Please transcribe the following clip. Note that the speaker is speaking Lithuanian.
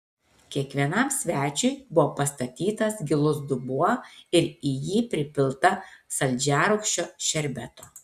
kiekvienam svečiui buvo pastatytas gilus dubuo ir į jį pripilta saldžiarūgščio šerbeto